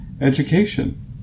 education